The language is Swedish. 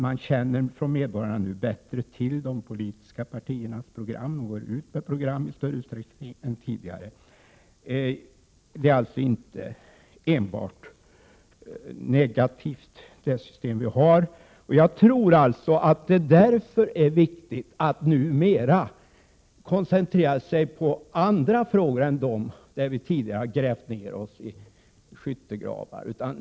Medborgarna känner nu bättre till de politiska partiernas program, och partierna går ut med program i större utsträckning än tidigare. Det system som vi har är alltså inte enbart negativt. Jag tror därför att det numera är viktigt att koncentrera sig på andra frågor än de frågor där vi tidigare har grävt ner oss i skyttegravar.